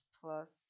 plus